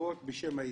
תשובות בשם היציבות,